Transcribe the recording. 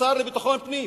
השר לביטחון פנים.